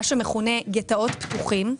מה שמכונה גטאות פתוחים.